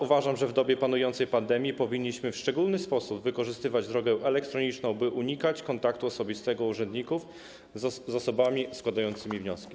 Uważam, że w dobie panującej pandemii powinniśmy w szczególny sposób wykorzystywać drogę elektroniczną, by unikać kontaktu osobistego urzędników z osobami składającymi wnioski.